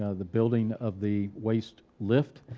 ah the building of the waste lift,